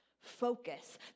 focus